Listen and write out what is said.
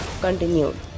continued